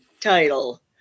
title